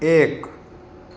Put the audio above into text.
એક